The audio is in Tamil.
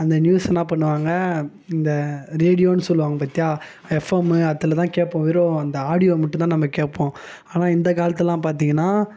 அந்த நியூஸை என்ன பண்ணுவாங்க இந்த ரேடியோனு சொல்லுவாங்க பார்த்தியா எஃப்எம்மு அதில் தான் கேட்போம் வெறும் அந்த ஆடியோ மட்டும் தான் நம்ம கேட்போம் ஆனால் இந்த காலத்திலலாம் பார்த்தீங்கன்னா